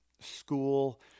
school